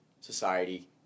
society